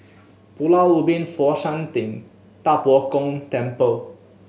Pulau Ubin Fo Shan Ting Da Bo Gong Temple